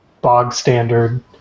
bog-standard